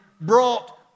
brought